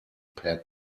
pets